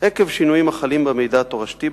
עקב שינויים החלים במידע התורשתי,